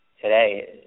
today